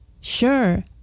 Sure